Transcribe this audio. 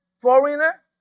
foreigner